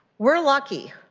we are lucky.